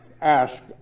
Ask